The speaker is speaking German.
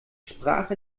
sprach